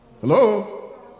hello